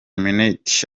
minaert